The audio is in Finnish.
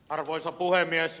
arvoisa puhemies